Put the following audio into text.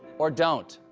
or don't.